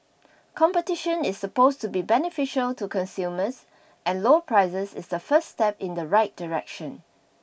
competition is supposed to be beneficial to consumers and lower prices is the first step in the right direction